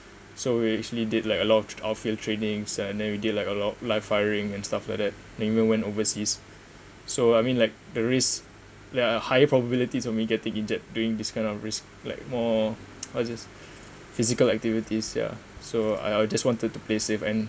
so we actually did like a lot of outfield trainings and then we did like a lot live firing and stuff like that and we even went overseas so I mean like the risk there are higher probabilities for me getting injured during this kind of risk like more what is this just physical activities ya so I I just wanted to play safe and